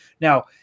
Now